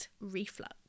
reflux